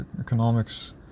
economics